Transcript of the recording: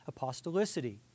apostolicity